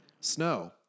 snow